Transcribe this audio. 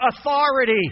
authority